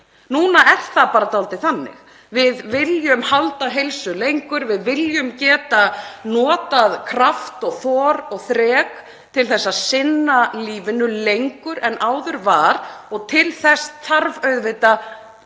núna er það svolítið þannig. Við viljum halda heilsu lengur. Við viljum geta notað kraft, þor og þrek til að sinna lífinu lengur en áður var og til þess þarf auðvitað